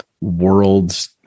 world's